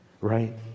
Right